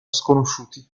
sconosciuti